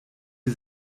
wir